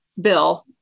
bill